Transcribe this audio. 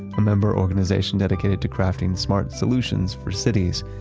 a member organization dedicated to crafting smart solutions for cities.